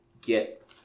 get